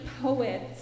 poets